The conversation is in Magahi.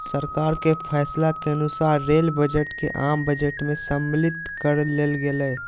सरकार के फैसला के अनुसार रेल बजट के आम बजट में सम्मलित कर लेल गेलय